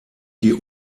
die